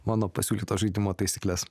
mano pasiūlyto žaidimo taisykles